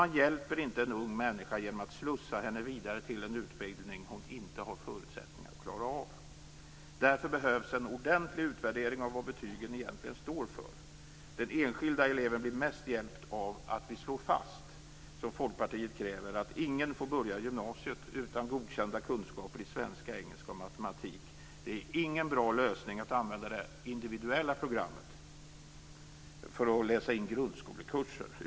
Man hjälper inte en ung människa genom att slussa henne vidare till en utbildning som hon inte har förutsättningar att klara av. Därför behövs en ordentlig utvärdering av vad betygen egentligen står för. Den enskilda eleven blir mest hjälpt av att vi - som Folkpartiet kräver - slår fast att ingen får börja gymnasiet utan godkända kunskaper i svenska, engelska och matematik. Det är ingen bra lösning att använda det individuella programmet för att läsa in grundskolekurser.